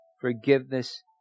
forgiveness